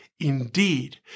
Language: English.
Indeed